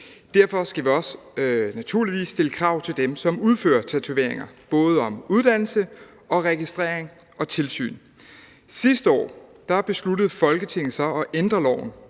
derfor skal vi naturligvis også stille krav til dem, som udfører tatoveringer, både om uddannelse, registrering og tilsyn. Sidste år besluttede Folketinget så at ændre loven,